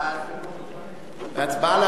חוק לתיקון פקודת הרוקחים (מס' 20),